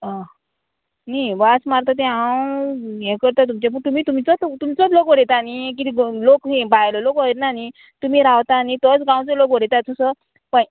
आं न्ही वास मारता तें हांव हें करतां तुमचें पूण तुमी तुमचोच तुमचोच लोक उरयता न्ही किदें लोक भायलो लोक उडयना न्ही तुमी रावता न्ही तोच गांवचो लोक उडयता तसो पळय